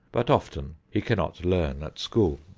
but often he cannot learn at school.